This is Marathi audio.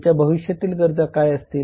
त्यांच्या भविष्यातील गरजा काय असतील